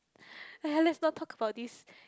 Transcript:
!aiya! let's not talk about this